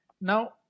Now